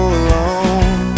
alone